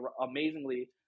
amazingly